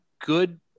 good